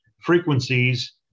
frequencies